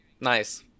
Nice